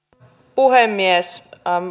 puhemies